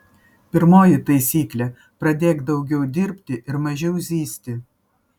pirmoji taisyklė pradėk daugiau dirbti ir mažiau zyzti